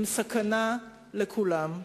הם סכנה לכולם.